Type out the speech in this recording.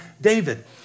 David